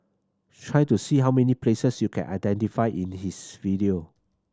try to see how many places you can identify in his video